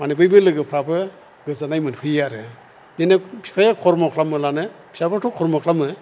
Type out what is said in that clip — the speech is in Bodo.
मानि बेफोर लोगोफ्राबो गोजोननाय मोनफैयो आरो देनां फिफाया खर्म' खालामोलानो फिसाफ्राथ' खर्म' खालामो